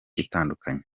itandukanye